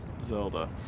Zelda